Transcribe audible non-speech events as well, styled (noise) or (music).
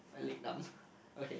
my leg numb (breath) okay